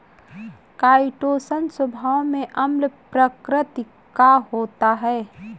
chitosan स्वभाव में अम्ल प्रकृति का होता है